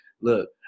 look